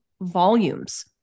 volumes